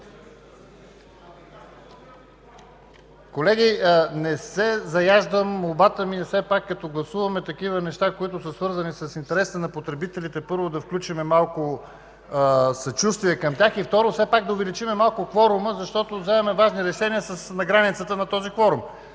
Колеги, не се заяждам. Молбата ми е все пак като гласуваме такива неща, свързани с интересите на потребителите, първо да включим малко съчувствие към тях, и, второ, все пак да увеличим малко кворума, защото вземаме важни решения на границата на този кворум.